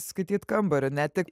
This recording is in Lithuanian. skaityt kambarį ne tik